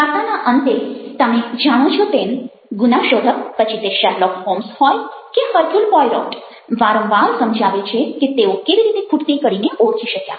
વાર્તાના અંતે તમે જાણો છો તેમ ગુનાશોધક પછી તે શેરલોક હોમ્સ હોય કે હરક્યુલ પોઇરોટ વારંવાર સમજાવે છે કે તેઓ કેવી રીતે ખૂટતી કડીને ઓળખી શક્યા